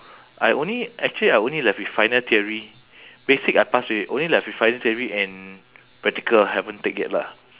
I only actually I only left with final theory basic I pass already only left with final theory and practical haven't take yet lah